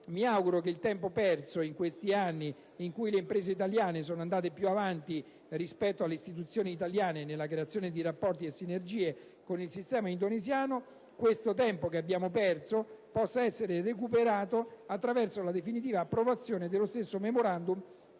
mi auguro che il tempo perso in questi anni (in cui le imprese italiane sono andate più avanti rispetto alle istituzioni del nostro Paese nella creazione di rapporti e sinergie con il sistema indonesiano) possa essere recuperato attraverso la definitiva approvazione dello stesso Memorandum